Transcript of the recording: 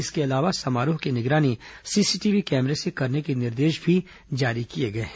इसके अलावा समारोह की निगरानी सीसीटीवी कैमरे से करने के निर्देश भी जारी किए गए हैं